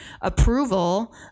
approval